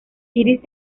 iris